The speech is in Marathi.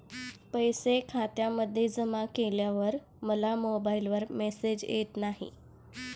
पैसे खात्यामध्ये जमा केल्यावर मला मोबाइलवर मेसेज येत नाही?